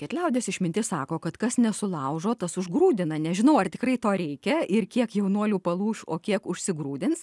kad liaudies išmintis sako kad kas nesulaužo tas užgrūdina nežinau ar tikrai to reikia ir kiek jaunuolių palūš o kiek užsigrūdins